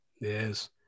Yes